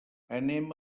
anem